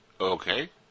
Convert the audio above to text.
Okay